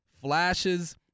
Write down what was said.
flashes